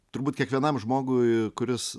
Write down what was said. turbūt kiekvienam žmogui kuris